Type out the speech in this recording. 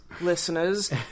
listeners